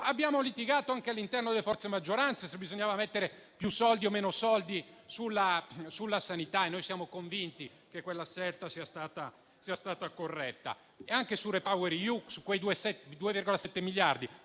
abbiamo litigato anche all'interno delle forze di maggioranza se bisognava mettere più o meno soldi sulla sanità e noi siamo convinti che quella scelta sia stata corretta. Anche su Repower Eu, su quei 2,7 miliardi,